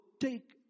take